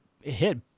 hit